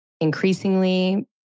increasingly